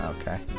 Okay